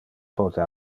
pote